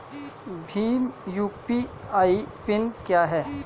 Bhim UPI PIN क्या है?